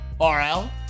RL